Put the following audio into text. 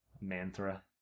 mantra